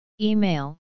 Email